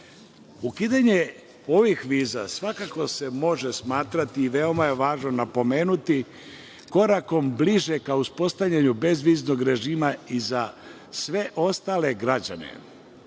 ovih viza svakako se može smatrati, veoma je važno napomenuti, korakom bliže ka uspostavljanju bezviznog režima i za sve ostale građane.